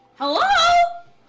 Hello